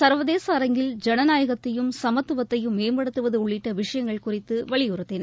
சர்வதேச அரங்கில் ஜனநாயகத்தையும் சமத்துவத்தையும் மேம்படுத்துவது உள்ளிட்ட விஷயங்கள் குறித்து வலியுறத்தின